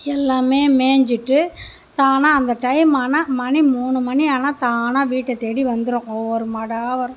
எல்லாமே மேஞ்சிவிட்டு தானா அந்த டைம் ஆனால் மணி மூணு மணி ஆனால் தானாக வீட்டை தேடி வந்துரும் ஒவ்வொரு மாடாக வரும்